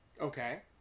okay